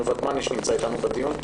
ודמני ממשרד הביטחון שנמצא איתנו בדיון.